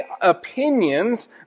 opinions